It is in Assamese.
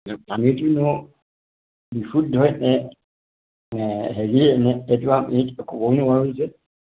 পানীটোনো বিশুদ্ধই নে নে হেৰিয়ে নে এইটো আমি ক'ব নোৱাৰোঁ যে